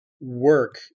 work